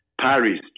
Paris